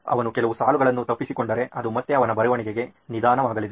ಅವನು ಕೆಲವು ಸಾಲುಗಳನ್ನು ತಪ್ಪಿಸಿಕೊಂಡರೆ ಅದು ಮತ್ತೆ ಅವನ ಬರವಣಿಗೆ ನಿಧಾನವಾಗಲಿದೆ